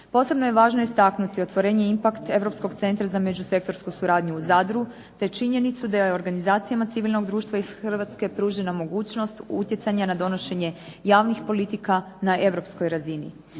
Posebno je važno istaknuti otvorenje "IMPACT" – Europskog centra za međusektorsku suradnju u Zadru te činjenicu da je organizacijama civilnog društva iz Hrvatske pružena mogućnost utjecanja na donošenje javnih politika na europskoj razini.